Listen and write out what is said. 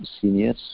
seniors